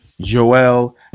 Joel